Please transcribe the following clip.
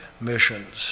missions